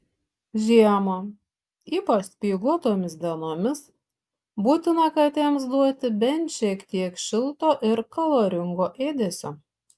žiemą ypač speiguotomis dienomis būtina katėms duoti bent šiek tiek šilto ir kaloringo ėdesio